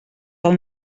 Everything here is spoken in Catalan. del